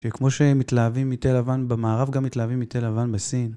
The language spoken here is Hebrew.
שכמו שהם מתלהבים מתה לבן במערב, גם מתלהבים מתה לבן בסין.